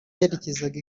yerekezaga